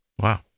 Wow